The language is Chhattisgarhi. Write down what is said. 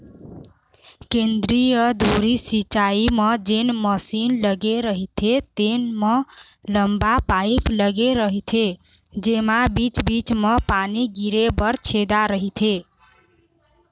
केंद्रीय धुरी सिंचई म जेन मसीन लगे रहिथे तेन म लंबा पाईप लगे रहिथे जेमा बीच बीच म पानी गिरे बर छेदा रहिथे